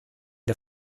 der